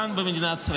כאן, במדינת ישראל.